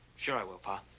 sure, i will, pa.